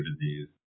disease